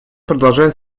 продолжает